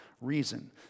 reason